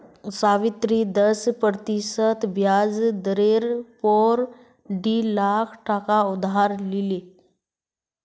सावित्री दस प्रतिशत ब्याज दरेर पोर डी लाख टका उधार लिले